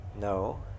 No